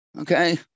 Okay